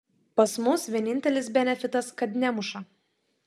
pas mus vienintelis benefitas kad nemuša